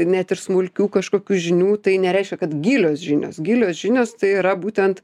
net ir smulkių kažkokių žinių tai nereiškia kad gilios žinios gilios žinios tai yra būtent